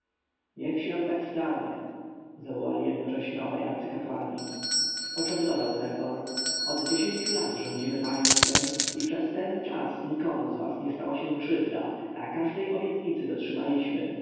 niech się tak stanie zawołali jednocześnie obaj arcykapłani poczem dodał herhor od dziesięciu lat rządzimy państwem i przez ten czas nikomu z was nie stała się krzywda a każdej obietnicy dotrzymaliśmy